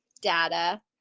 data